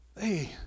hey